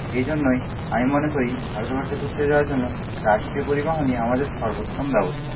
এইজন্যই আমি মনে করি ভারতবর্ষে ঘুরতে যাওয়ার জন্য রাষ্ট্রীয় পরিবহনই আমাদের সর্বোত্তম ব্যবস্থা